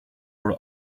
were